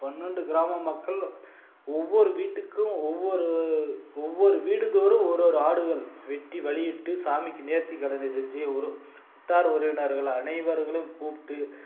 பன்னெண்டு கிராம மக்கள் ஒவ்வொரு வீட்டுக்கும் ஒவ்வொரு ஒவ்வொரு வீடுதோறும் ஒரு ஒரு ஆடுகள் வெட்டி வழிபட்டு சாமிக்கு நேர்த்தி கடனை செஞ்சு உற்றார் உறவினர்கள் அனைவர்களும் கூப்பிட்டு